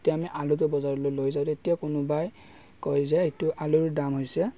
যেতিয়া আমি আলুটো বজাৰলৈ লৈ যাওঁ তেতিয়া কোনোবাই কয় যে এইটো আলুৰ দাম হৈছে